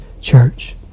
church